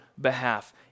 behalf